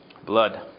blood